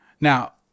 Now